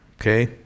okay